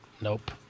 nope